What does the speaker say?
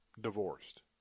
divorced